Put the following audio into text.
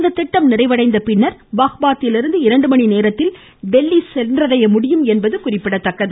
இத்திட்டம் நிறைவடைந்த பின்னர் பாஹ்பத்திலிருந்து இரண்டு மணி நேரத்தில் டெல்லி செல்ல முடியும் என்பது குறிப்பிடத்தக்கது